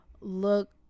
look